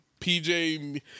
PJ